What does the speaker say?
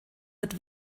wird